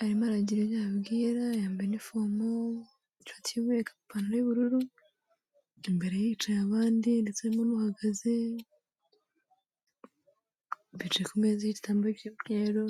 arimo aragira ibyo ababwira, yambaye inifomu, ishuti y'umumweru, ipantaro y'ubururu, imbere ye hicaye abandi ndetse harimo n'uhagaze, bicaye ku meza iriho ibitamba by'umweru.